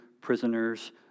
prisoners